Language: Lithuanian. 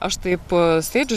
aš taip sėdžiu